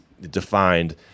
defined